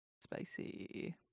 spicy